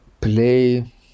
play